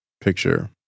picture